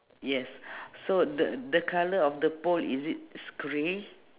yes so the the colour of the pole is it grey